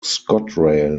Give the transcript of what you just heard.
scotrail